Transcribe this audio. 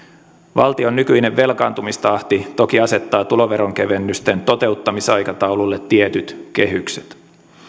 valtion nykyinen velkaantumistahti toki asettaa tuloveron kevennysten toteuttamisaikataululle tietyt kehykset